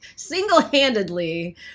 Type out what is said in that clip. single-handedly